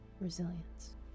resilience